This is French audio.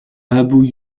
abou